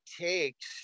takes